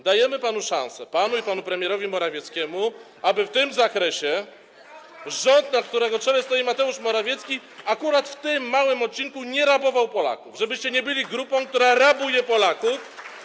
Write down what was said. Dajemy panu szansę, panu i panu premierowi Morawieckiemu, aby w tym zakresie rząd, na którego czele stoi Mateusz Morawiecki, akurat na tym małym odcinku nie rabował Polaków, żebyście nie byli grupą, która rabuje Polaków.